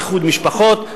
איחוד משפחות,